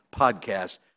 podcast